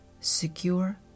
secure